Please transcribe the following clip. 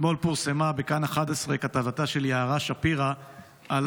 אתמול פורסמה בכאן 11 כתבתה של יערה שפירא על